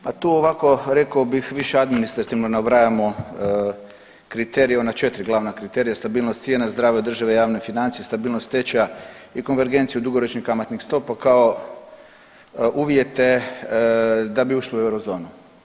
Pa tu rekao bih više administrativno nabrajamo kriterije, ona 4 glavna kriterija stabilnost cijena, zdrave održive javne financije, stabilnost tečaja i konvergenciju dugoročnih kamatnih stopa kao uvjete da bi ušli u eurozonu.